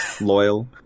loyal